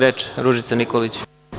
Reč ima Ružica Nikolić.